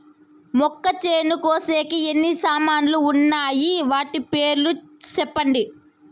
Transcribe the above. మొక్కచేను కోసేకి ఎన్ని సామాన్లు వున్నాయి? వాటి పేర్లు సెప్పండి?